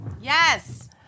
yes